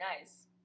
nice